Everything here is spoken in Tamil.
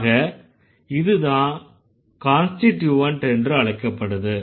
ஆக இதுதான் கான்ஸ்டிட்யூவன்ட் என்று அழைக்கப்படுது